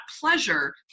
pleasure